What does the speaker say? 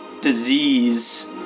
disease